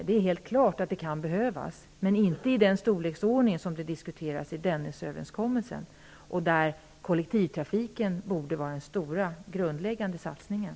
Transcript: Det är helt klart att detta kan behövas, men inte i den storleksordning som Dennisöverenskommelsen innebär och där kollektivtrafiken borde vara den stora och grundläggande satsningen.